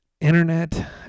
internet